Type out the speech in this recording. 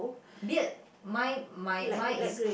beard mine my my is